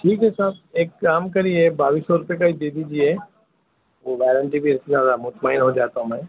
ٹھیک ہے صاحب ایک کام کریے باٮٔیس سو روپے کا ہی دے دیجیے وہ گارنٹی بھی اِس سے زیادہ مطمئن ہو جاتا ہوں میں